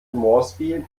moresby